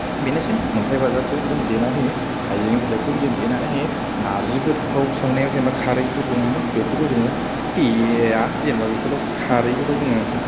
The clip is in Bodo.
बेनोसै अन्थाइ बाजाबखौ जों देना होयो हायजें बिलाइखौबो जों देनानै होयो नारजिफोरखौ संनायाव जेनबा खारैफोर दङ नङा होमबा बेफोरखौ जोङो देया जेनबा बेखौथ' खारैखौथ' जोङो